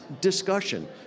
discussion